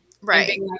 Right